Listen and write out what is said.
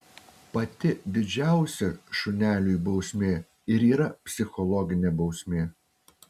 pati didžiausia šuneliui bausmė ir yra psichologinė bausmė